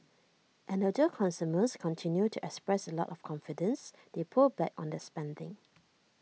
and although consumers continued to express A lot of confidence they pulled back on their spending